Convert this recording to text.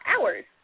hours